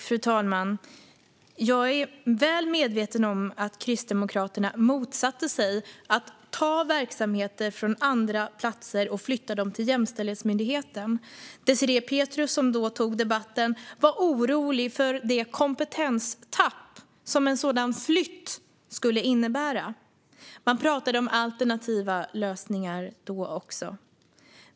Fru talman! Jag är väl medveten om att Kristdemokraterna motsatte sig att ta verksamheter från andra platser och flytta dem till Jämställdhetsmyndigheten. Désirée Pethrus, som då tog debatten, var orolig för det kompetenstapp som en sådan flytt skulle innebära. Det talades om alternativa lösningar då också.